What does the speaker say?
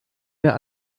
mehr